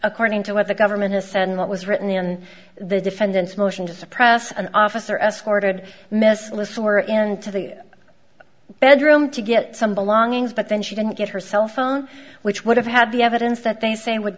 according to what the government has said and what was written in the defendant's motion to suppress an officer escorted miss listener into the bedroom to get some belongings but then she didn't get her cell phone which would have had the evidence that they say w